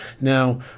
Now